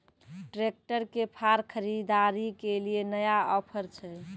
Tractor के फार खरीदारी के लिए नया ऑफर छ?